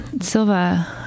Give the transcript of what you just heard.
Silva